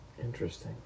Interesting